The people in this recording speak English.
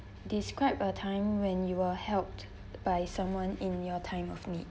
describe a time when you were helped by someone in your time of need